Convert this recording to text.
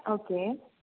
okay